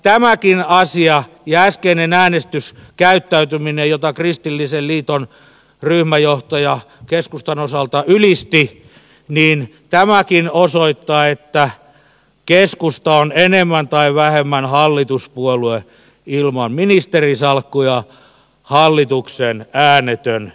tämäkin asia ja äskeinen äänestyskäyttäytyminen jota kristillisen liiton ryhmänjohtaja keskustan osalta ylisti osoittavat että keskusta on enemmän tai vähemmän hallituspuolue ilman ministerisalkkuja hallituksen äänetön yhtiömies